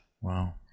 Wow